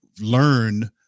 learn